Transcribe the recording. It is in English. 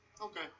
Okay